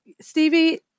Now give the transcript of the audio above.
Stevie